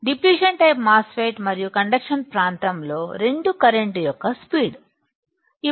depletion type MOSFET మరియు conduction ప్రాంతంలోని 2కరెంటు యొక్క మార్పు ఎక్కువగా ఉంటుంది